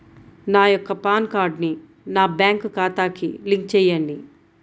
నా యొక్క పాన్ కార్డ్ని నా బ్యాంక్ ఖాతాకి లింక్ చెయ్యండి?